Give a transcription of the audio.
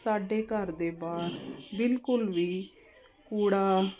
ਸਾਡੇ ਘਰ ਦੇ ਬਾਹਰ ਬਿਲਕੁਲ ਵੀ ਕੂੜਾ